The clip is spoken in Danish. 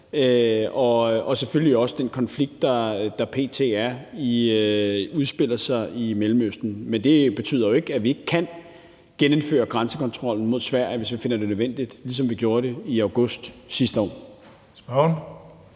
og selvfølgelig også den konflikt, der p.t. udspiller sig i Mellemøsten. Men det betyder jo ikke, at vi ikke kan genindføre grænsekontrollen mod Sverige, hvis vi finder det nødvendigt, ligesom vi gjorde det i august sidste år.